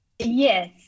Yes